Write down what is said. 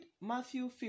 Matthew